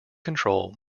control